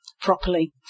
properly